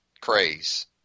craze